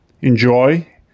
enjoy